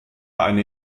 eine